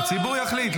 לא --- הציבור יחליט,